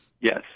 Yes